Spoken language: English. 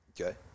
Okay